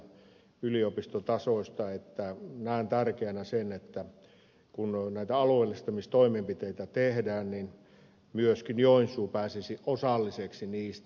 näen tärkeänä sen että kun näitä alueellistamistoimenpiteitä tehdään niin myöskin joen suu pääsisi osalliseksi niistä